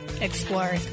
explore